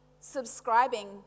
subscribing